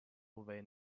way